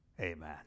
amen